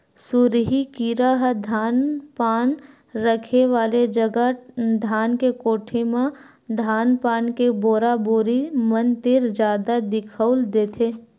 सुरही कीरा ह धान पान रखे वाले जगा धान के कोठी मन म धान पान के बोरा बोरी मन तीर जादा दिखउल देथे